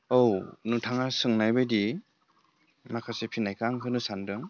औ नोंथाङा सोंनाय बायदि माखासे फिननायखो आं होनो सान्दों